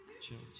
Change